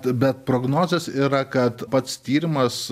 bet prognozės yra kad pats tyrimas